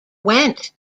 went